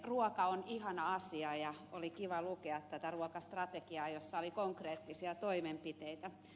ruoka on ihana asia ja oli kiva lukea tätä ruokastrategiaa jossa oli konkreettisia toimenpiteitä